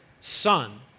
son